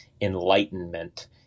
enlightenment